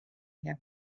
have